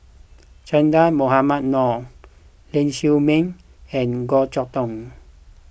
Che Dah Mohamed Noor Ling Siew May and Goh Chok Tong